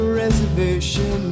reservation